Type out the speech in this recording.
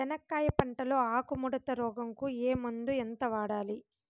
చెనక్కాయ పంట లో ఆకు ముడత రోగం కు ఏ మందు ఎంత వాడాలి?